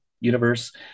universe